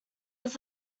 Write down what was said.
was